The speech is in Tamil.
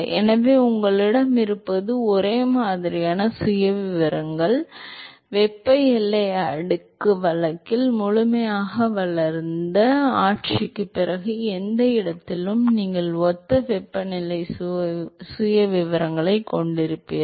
எனவே உங்களிடம் இருப்பது ஒரே மாதிரியான சுயவிவரங்கள் எனவே வெப்ப எல்லை அடுக்கு வழக்கில் முழுமையாக வளர்ந்த ஆட்சிக்குப் பிறகு எந்த இடத்திலும் நீங்கள் ஒத்த வெப்பநிலை சுயவிவரங்களைக் கொண்டிருப்பீர்கள்